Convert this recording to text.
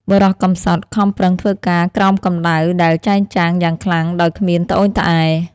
បុរសកំសត់ខំប្រឹងធ្វើការក្រោមកំដៅដែលចែងចាំង យ៉ាងខ្លាំង ដោយគ្មានត្អូញត្អែរ ។